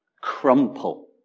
crumple